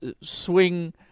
swing